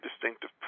distinctive